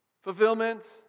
Fulfillment